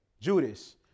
Judas